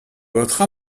votre